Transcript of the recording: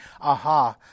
aha